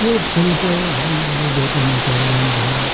त्यो फुल चाहिँ हामीले अब देवतामा चढाउनु पनि भयो